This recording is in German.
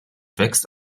wächst